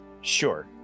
Sure